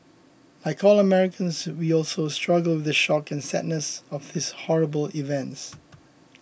like all Americans we also struggle the shock and sadness of these horrible events